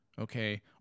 okay